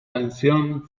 canción